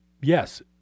Yes